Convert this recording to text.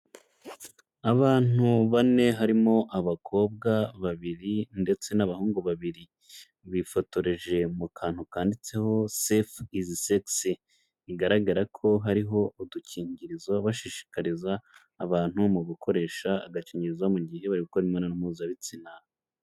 Abantu bane harimo abakobwa babiri ndetse n'abahungu babiri, bifotoreje mu kantu kanditseho " Safe is Sexy", bigaragara ko hariho udukingirizo bashishikariza abantu mu gukoresha agakingirizo mu gihe bari gukora imibonano mpuzabitsina.